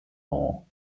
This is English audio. law